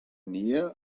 nähe